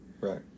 right